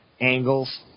angles